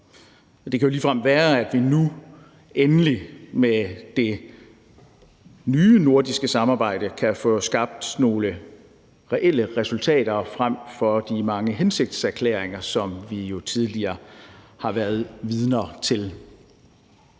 Det kan jo ligefrem være, at vi nu endelig med det nye nordiske samarbejde kan få skabt nogle reelle resultater frem for de mange hensigtserklæringer, som vi jo tidligere har været vidner til.